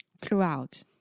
Throughout